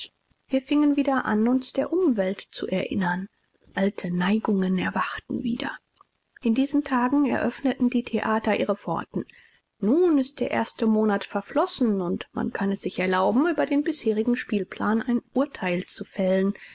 wir fingen wieder an uns der umwelt zu erinnern alte neigungen erwachten wieder in diesen tagen öffneten die theater ihre pforten nun ist der erste monat verflossen und man kann es sich erlauben über den bisherigen spielplan ein urteil zu fällen